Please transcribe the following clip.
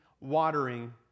watering